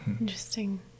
Interesting